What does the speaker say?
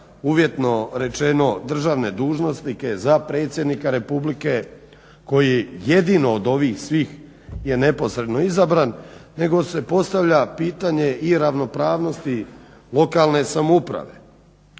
uvjetno rečeno državne dužnosnike, za Predsjednika Republike koji jedino od ovih svih je neposredno izabran nego se postavlja pitanje i ravnopravnosti lokalne samouprave